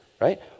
right